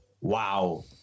wow